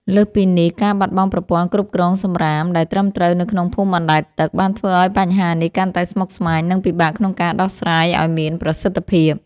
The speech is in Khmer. លើសពីនេះ ការបាត់បង់ប្រព័ន្ធគ្រប់គ្រងសម្រាមដែលត្រឹមត្រូវនៅក្នុងភូមិអណ្តែតទឹក បានធ្វើឱ្យបញ្ហានេះកាន់តែស្មុគស្មាញ និងពិបាកក្នុងការដោះស្រាយឱ្យមានប្រសិទ្ធភាព។